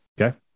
Okay